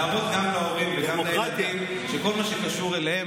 להראות גם להורים וגם לילדים שכל מה שקשור אליהם,